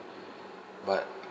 but